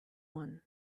one